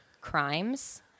crimes